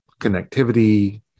connectivity